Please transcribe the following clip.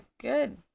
good